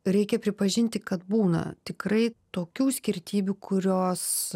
reikia pripažinti kad būna tikrai tokių skirtybių kurios